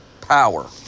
power